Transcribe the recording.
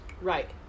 Right